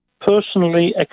personally